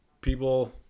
people